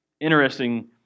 interesting